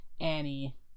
Annie